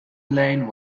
lane